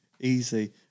Easy